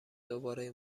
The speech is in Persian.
دوباره